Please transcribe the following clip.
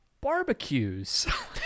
barbecues